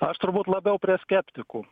aš turbūt labiau prie skeptikų